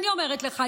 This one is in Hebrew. אני אומרת לך,